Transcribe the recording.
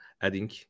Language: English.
adding